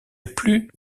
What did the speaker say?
plus